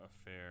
affair